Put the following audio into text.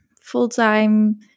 full-time